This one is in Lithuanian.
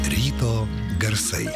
ryto garsai